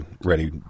ready